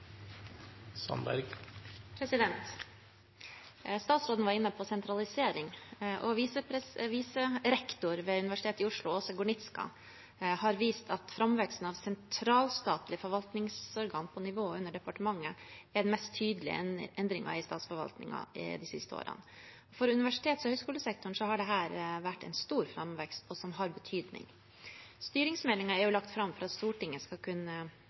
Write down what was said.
Statsråden var inne på sentralisering. Viserektor ved Universitetet i Oslo, Åse Gornitzka, har vist at framveksten av sentrale statlige forvaltningsorgan på nivået under departementene er den mest tydelige endringen i statsforvaltningen de siste årene. For universitets- og høyskolesektoren har det vært en stor framvekst, som har betydning. Styringsmeldingen er jo lagt fram for Stortinget for å kunne